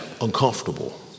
uncomfortable